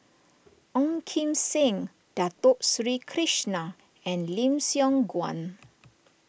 Ong Kim Seng Dato Sri Krishna and Lim Siong Guan